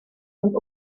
und